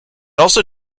also